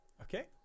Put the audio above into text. Okay